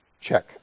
Check